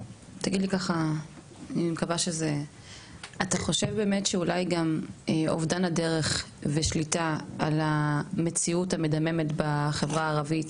אתה חושב שאולי אובדן הדרך והשליטה על המציאות המדממת בחברה הערבית,